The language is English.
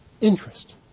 interest